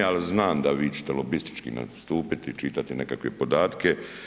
Ali znam da vi ćete lobistički nastupiti i čitati neke podatke.